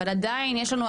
אבל עדיין יש לנו,